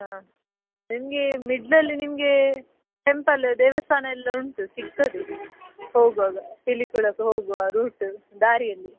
ಹಾಂ ನಿಮಗೆ ಮಿಡ್ಲಲ್ಲಿ ನಿಮಗೆ ಟೆಂಪಲ ದೇವಸ್ಥಾನ ಎಲ್ಲ ಉಂಟು ಸಿಕ್ತದೆ ಹೋಗುವಾಗ ಪಿಲಿಕುಳಕ್ಕೆ ಹೋಗುವ ರೂಟು ದಾರಿಯಲ್ಲಿ